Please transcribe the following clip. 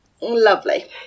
Lovely